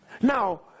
Now